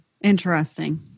Interesting